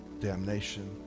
damnation